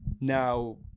now